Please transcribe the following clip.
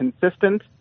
consistent